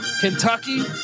Kentucky